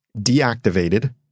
deactivated